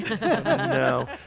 no